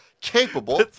capable